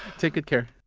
take good care.